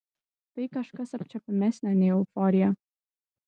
tai kažkas apčiuopiamesnio nei euforija